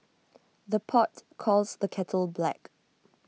the pot calls the kettle black